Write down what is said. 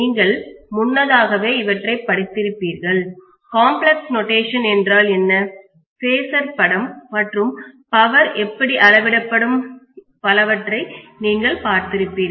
நீங்கள் முன்னதாகவே இவற்றை படித்திருப்பீர்கள் காம்ப்ளக்ஸ் நொட்டேஷன் என்றால் என்ன பேஸர் படம் என்ன மற்றும் பவர் எப்படி அளவிடப்படும் பலவற்றை நீங்கள் பார்த்திருப்பீர்கள்